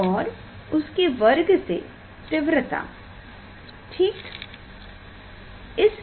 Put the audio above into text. और उसके वर्ग से तीव्रता ठीक